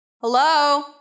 Hello